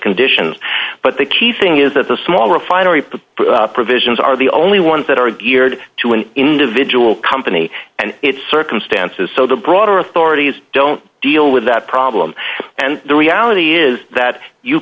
conditions but the key thing is that the small refinery provisions are the only ones that are geared to an individual company and it's circumstances so the broader authorities don't deal with that problem and the reality is that you